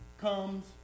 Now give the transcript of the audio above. comes